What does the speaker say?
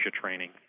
training